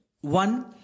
One